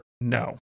no